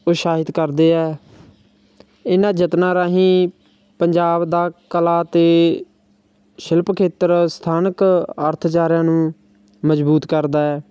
ਉਤਸ਼ਾਹਿਤ ਕਰਦੇ ਹੈ ਇਹਨਾਂ ਯਤਨਾਂ ਰਾਹੀਂ ਪੰਜਾਬ ਦਾ ਕਲਾ ਅਤੇ ਸ਼ਿਲਪ ਖੇਤਰ ਸਥਾਨਕ ਅਰਥਚਾਰਿਆਂ ਨੂੰ ਮਜ਼ਬੂਤ ਕਰਦਾ ਹੈ